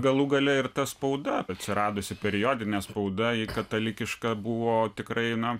galų gale ir ta spauda atsiradusi periodinė spauda ji katalikiška buvo tikrai na